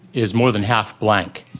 is more than half blank,